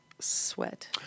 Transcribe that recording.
sweat